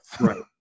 Right